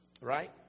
right